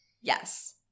Yes